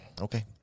Okay